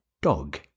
dog